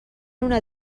una